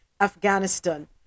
Afghanistan